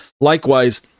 likewise